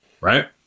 right